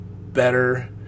better